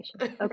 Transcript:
Okay